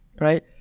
right